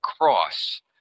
cross